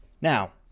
Now